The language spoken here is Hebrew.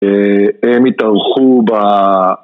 הם התארחו ב...